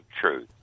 truth